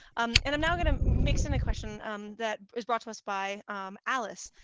um and i'm now going to mix in a question um that is brought to us by alice